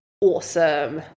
awesome